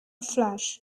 flash